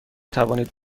توانید